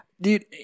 Dude